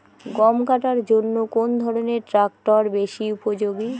গম কাটার জন্য কোন ধরণের ট্রাক্টর বেশি উপযোগী?